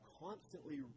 constantly